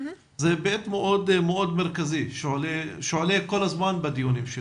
הוא היבט מאוד מרכזי שעולה כל הזמן בדיונים שלנו.